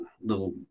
little